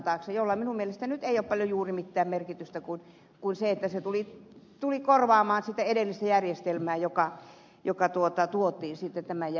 sillä ei minun mielestäni ole juuri paljon mitään muuta merkitystä kuin se että se tuli korvaamaan sitä edellistä järjestelmää joka tuottaa tuotiin sitä tämä